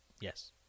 Yes